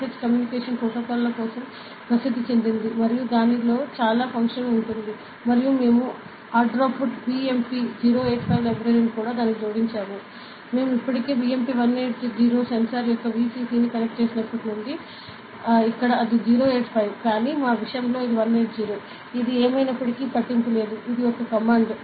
h communication ప్రోటోకాల్ల కోసం ప్రసిద్ది చెందింది మరియు దానిలో చాలా ఫంక్షన్ ఉంది మరియు మేము అడాఫ్రూట్ BMP 085 లైబ్రరీని కూడా దీనికి జోడించాము మేము ఇప్పటికే BMP 180 సెన్సార్ యొక్క VCC ని కనెక్ట్ చేసినప్పటి నుండి ఇక్కడ అది 085 కానీ మా విషయంలో ఇది 180 ఇది ఏమైనప్పటికీ పట్టింపు లేదు ఇది ఒక కమాండ్